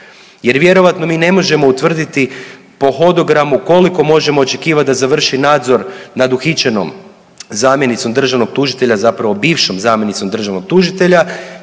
jer vjerojatno ni ne možemo utvrditi po hodogramu koliko možemo očekivati da završi nadzor nad uhićenom zamjenicom državnog tužitelja, zapravo bivšom zamjenicom državnog tužitelja,